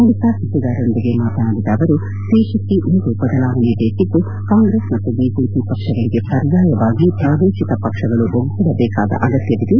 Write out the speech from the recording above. ಬಳಿಕ ಸುದ್ದಿಗಾರರೊಂದಿಗೆ ಮಾತನಾಡಿದ ಅವರು ದೇಶಕ್ಕೆ ಇಂದು ಬದಲಾವಣೆ ಬೇಕಿದ್ದು ಕಾಂಗ್ರೆಸ್ ಮತ್ತು ಬಿಜೆಪಿ ಪಕ್ಷಗಳಿಗೆ ಪರ್ಯಾಯವಾಗಿ ಪ್ರಾದೇಶಿಕ ಪಕ್ಷಗಳು ಒಗ್ಗೂಡಬೇಕಾದ ಅಗತ್ಯವಿದೆ